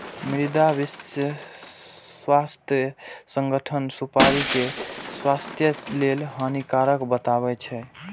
मुदा विश्व स्वास्थ्य संगठन सुपारी कें स्वास्थ्य लेल हानिकारक बतबै छै